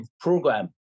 program